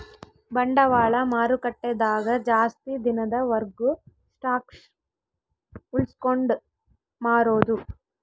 ಬಂಡವಾಳ ಮಾರುಕಟ್ಟೆ ದಾಗ ಜಾಸ್ತಿ ದಿನದ ವರ್ಗು ಸ್ಟಾಕ್ಷ್ ಉಳ್ಸ್ಕೊಂಡ್ ಮಾರೊದು